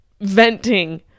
venting